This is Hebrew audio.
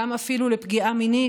גם אפילו לפגיעה מינית,